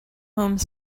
home